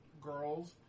girls